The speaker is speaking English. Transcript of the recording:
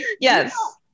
yes